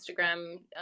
Instagram